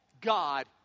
God